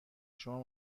شما